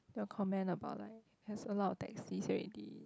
they will comment about like has a lot of taxis already